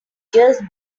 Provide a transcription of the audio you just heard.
just